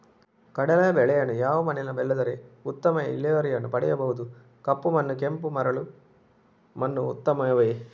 ಕಡಲೇ ಬೆಳೆಯನ್ನು ಯಾವ ಮಣ್ಣಿನಲ್ಲಿ ಬೆಳೆದರೆ ಉತ್ತಮ ಇಳುವರಿಯನ್ನು ಪಡೆಯಬಹುದು? ಕಪ್ಪು ಮಣ್ಣು ಕೆಂಪು ಮರಳು ಮಣ್ಣು ಉತ್ತಮವೇ?